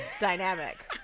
dynamic